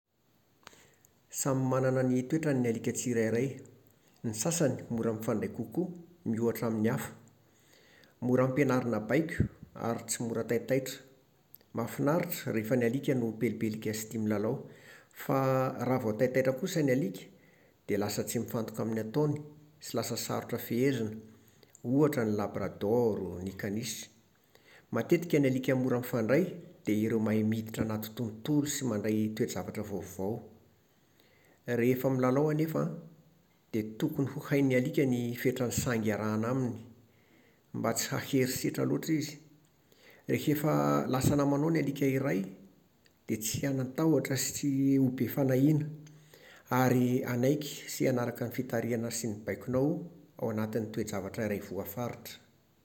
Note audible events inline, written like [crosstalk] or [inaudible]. Samy manana ny toetrany ny alika tsirairay. Ny sasany mora mifandray kokoa miohatra amin'ny hafa, mora ampianarina baiko ary tsy mora taitaitra. Mahafinaritra rehefa ny alika no pelipelika sy tia milalao. Fa [hesitation] raha vao taitaitra kosa ny alika dia lasa tsy mifantoka amin'ny ataony sy lasa sarotra fehezina. Ohatra ny Labrador, [hesitation] ny caniche. Matetika ny alika mora mifandray dia ireo mahay miditra anaty tontolo sy mandray toejavatra vaovao. Rehefa milalao anefa an, dia tokony ho hain'ny alika ny fetran'ny sangy iarahana aminy, mba tsy hahery setra loatra izy. Rehefa [hesitation] lasa namanao ny alika iray dia tsy hanan-tahotra sy ts-sy ho be fanahiana ary hanaiky sy hanaraka ny fitarihana sy ny baikonao ao anatin'ny toejavatra iray voafaritra